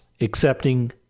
accepting